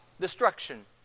destruction